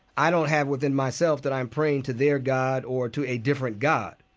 i don't have within myself that i'm praying to their god or to a different god.